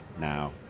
now